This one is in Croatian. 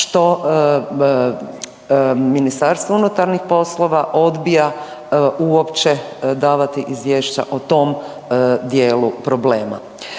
što Ministarstvo unutarnjih poslova odbija uopće davati izvješća o tom dijelu problema.